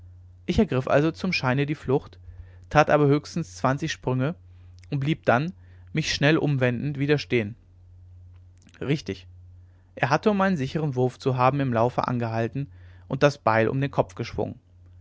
ich ergriff also zum scheine die flucht tat aber höchstens zwanzig sprünge und blieb dann mich schnell umwendend wieder stehen richtig er hatte um einen sicheren wurf zu haben im laufe angehalten und das beil um den kopf geschwungen